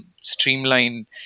streamline